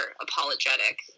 apologetic